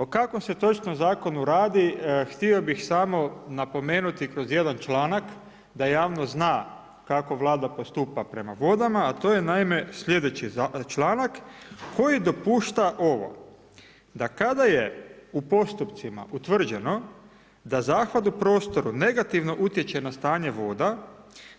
O kakvom se točno zakonu radi htio bih samo napomenuti kroz jedan članak da javnost zna kako Vlada postupa prema vodama, a to je naime sljedeći članak koji dopušta ovo da kada je u postupcima utvrđeno da zahvat u prostoru negativno utječe na stanje voda,